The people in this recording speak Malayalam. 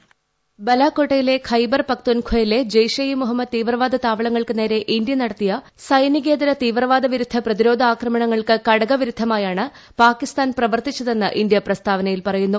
വോയിസ് ബാലാക്കോട്ടിലെ ഖൈബർ പക്ത്വൻഖയിലെ ജെയ്ഷെ ഇ മുഹമ്മദ് തീവ്രവാദ താവളങ്ങൾക്ക് നേരെ ഇന്ത്യ നടത്തിയ സൈനികേതര തീവ്രവാദവിരുദ്ധ പ്രതിരോധ ആക്രമണങ്ങൾക്ക് കടകവിരുദ്ധമായാണ് പാകിസ്ഥാൻ പ്രവർത്തിച്ചതെന്ന് ഇന്ത്യ പ്രസ്താവനയിൽ പറയുന്നു